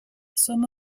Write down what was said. some